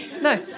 No